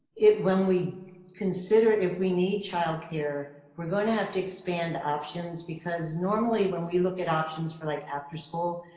when we consider if we need childcare, we're going to have to expand options because normally when we look at options for like after school,